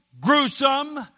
gruesome